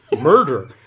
murder